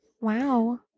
Wow